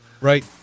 right